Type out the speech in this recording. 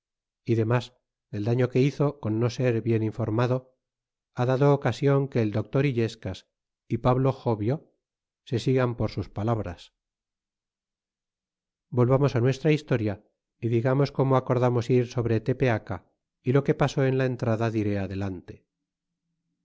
y de mas del daño que hizo con no ser bien informado ha dado ocasion que el doctor illescas y pablo jobio se sigan por sus palabras volvamos nuestra historia y ligamos como acordamos ir sobre tepeaca y lo que pasó en la entrada diré adelante